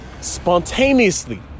spontaneously